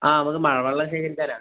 ആ നമ്മുക്ക് മഴ വെള്ളം ശേഖരിക്കാനാണ്